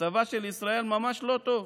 מצבה של ישראל ממש לא טוב.